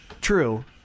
True